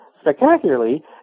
spectacularly